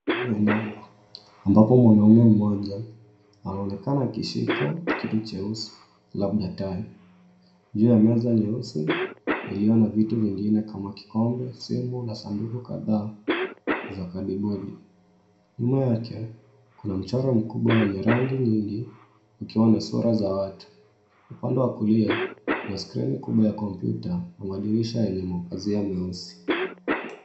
Ndani ya nyumba, ambapo mwanaume mmoja anaonekana akishika kitu cheusi labda tai, juu ya meza nyeusi iliyo na vitu vingine kama kikombe, simu na sanduku kadhaa za kadibodi. Nyuma yake, kuna mchoro mkubwa wenye rangi nyingi ukiwa na sura za watu. Upande wa kulia kuna skrini kubwa ya kompyuta na madirisha yenye mapazia meusi.